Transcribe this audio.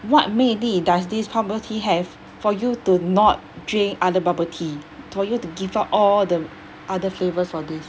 what 魅力 does this bubble tea have for you to not drink other bubble tea for you to give up all the other flavours for this